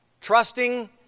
trusting